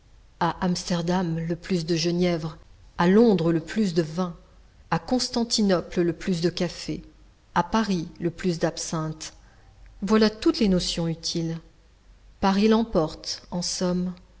à amsterdam le plus de genièvre à londres le plus de vin à constantinople le plus de café à paris le plus d'absinthe voilà toutes les notions utiles paris l'emporte en somme